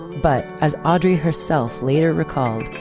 but as audrey herself later recalled,